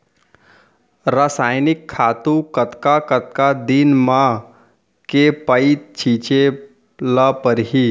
रसायनिक खातू कतका कतका दिन म, के पइत छिंचे ल परहि?